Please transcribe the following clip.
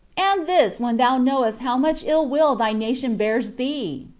and this when thou knowest how much ill-will thy nation bears thee?